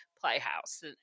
playhouse